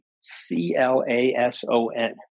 C-L-A-S-O-N